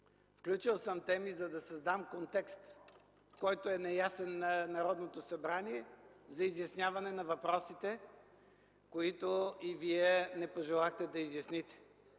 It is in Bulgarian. включил съм теми, за да създам контекст, който е неясен на Народното събрание, за изясняване на въпросите, които и Вие не пожелахте да изясните.